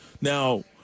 Now